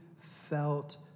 felt